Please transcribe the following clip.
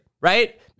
right